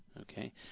Okay